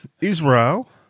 Israel